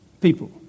people